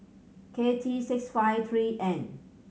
K T six five three N